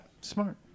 Smart